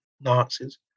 Nazis